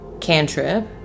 cantrip